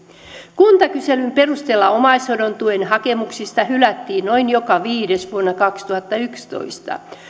kuntakyselyn perusteella omaishoidon tuen hakemuksista hylättiin noin joka viides vuonna kaksituhattayksitoista